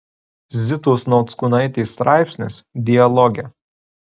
zitos nauckūnaitės straipsnis dialoge